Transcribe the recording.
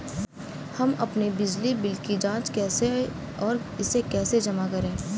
हम अपने बिजली बिल की जाँच कैसे और इसे कैसे जमा करें?